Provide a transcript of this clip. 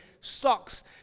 stocks